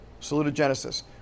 Salutogenesis